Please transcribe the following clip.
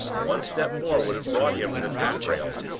one step more would have brought him to the taffrail,